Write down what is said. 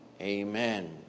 Amen